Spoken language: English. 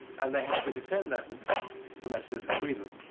and they have to defend their positions for metaphysical reasons.